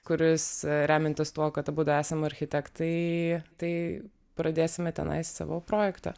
kuris remiantis tuo kad abudu esam architektai tai pradėsime tenai savo projektą